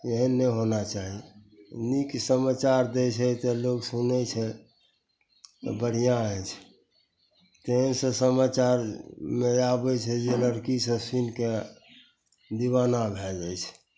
एहन नहि होना चाही नीक समाचार दै छै तऽ लोक सुनै छै बढ़िआँ होइ छै तेहन से समाचारमे आबै छै जे लड़कीसभ सुनिके दिवाना भै जाइ छै